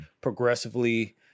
progressively